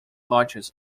lochs